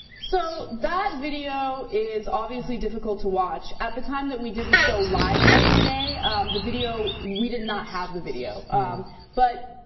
so bad video is obviously difficult to watch at the time that we did the show live yesterday up the video we did not have the video i'm but